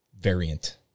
variant